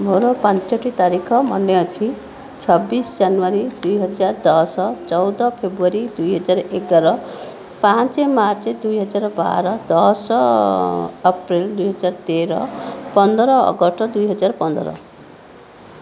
ମୋର ପାଞ୍ଚଟି ତାରିଖ ମନେ ଅଛି ଛବିଶ ଜାନୁଆରୀ ଦୁଇହଜାର ଦଶ ଚଉଦ ଫେବୃଆରୀ ଦୁଇହଜାର ଏଗାର ପାଞ୍ଚ ମାର୍ଚ୍ଚ ଦୁଇହଜାର ବାର ଦଶ ଅପ୍ରେଲ ଦୁଇହଜାର ତେର ପନ୍ଦର ଅଗଷ୍ଟ ଦୁଇହଜାର ପନ୍ଦର